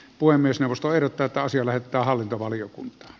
puhemiesneuvosto ehdottaa että asia lähetetään hallintovaliokuntaan